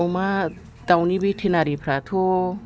अमा दाउनि भेटेनारिफ्राथ'